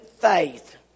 faith